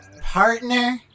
Partner